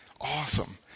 awesome